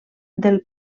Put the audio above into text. del